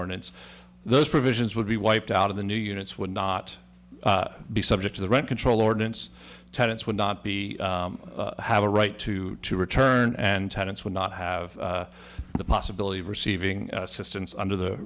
ordinance those provisions would be wiped out of the new units would not be subject to the rent control ordinance tenants would not be have a right to return and tenants would not have the possibility of receiving assistance under the